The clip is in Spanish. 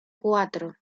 cuatro